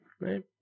right